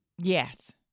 Yes